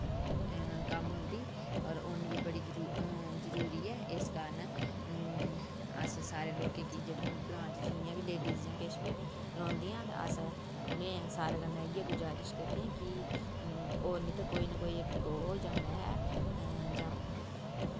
कम्म औंदी होर उन्न बी बड़ी ज जरूरी ऐ इस कारण अस सारें लोकें गी जेह्ड़े मतलब ग्रांऽ च जिन्नियां बी लेडिज जां किश बी रौंह्दियां ते अस उ'नें सारें कन्नै इ'यै गुज़ारिश करने कि होर नी ते कोई ना कोई इक गौ जां मैंह् जां